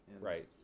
right